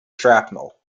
shrapnel